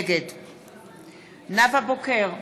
נגד נאוה בוקר,